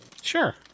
Sure